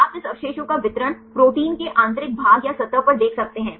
आप इस अवशेषों का वितरण प्रोटीन के आंतरिक भाग या सतह पर देख सकते हैं